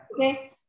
Okay